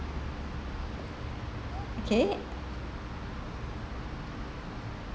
okay